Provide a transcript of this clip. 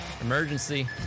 Emergency